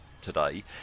today